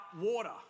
water